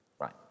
Right